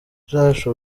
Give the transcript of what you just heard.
henshi